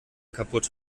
kaputt